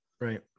Right